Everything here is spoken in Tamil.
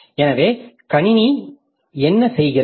எனவே கணினி என்ன செய்கிறது